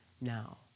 now